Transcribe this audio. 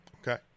Okay